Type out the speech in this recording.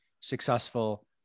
successful